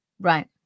Right